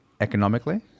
economically